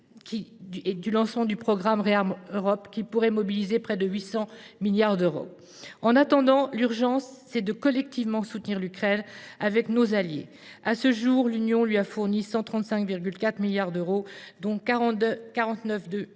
du lancement du programme ReArm Europe, qui pourrait mobiliser près de 800 milliards d’euros. En attendant, l’urgence, c’est de collectivement soutenir l’Ukraine avec nos alliés. À ce jour, l’Union européenne lui a fourni 135,4 milliards d’euros, dont 49,2 milliards